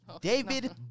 David